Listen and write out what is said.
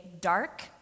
dark